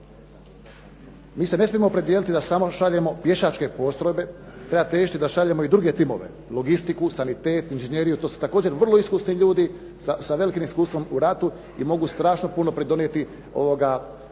Mi se ne smijemo opredijeliti da samo šaljemo pješačke postrojbe. Trebate riješiti da šaljemo i druge timove, logistiku, sanitet, inženjeriju. To su također vrlo iskusni ljudi sa velikim iskustvom u ratu i mogu strašno puno pridonijeti uspjehu